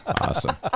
Awesome